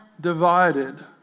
divided